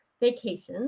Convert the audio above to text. vacations